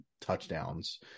touchdowns